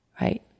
right